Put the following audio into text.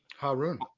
Harun